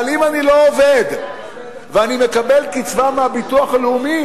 אבל אם אני לא עובד ואני מקבל קצבה מהביטוח הלאומי,